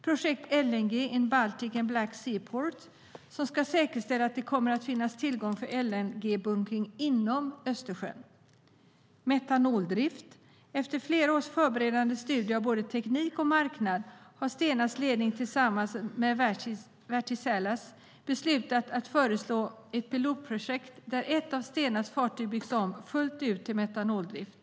Projektet LNG in Baltic and Black Sea Ports, som ska säkerställa att det kommer att finnas tillgång till LNG-bunkring inom Östersjön. Efter flera förberedande studier av både teknik och marknad har Stenas ledning tillsammans med Wärtsiläs beslutat att föreslå ett pilotprojekt där ett av Stenas fartyg byggs om fullt ut till metanoldrift.